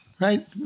Right